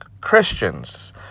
Christians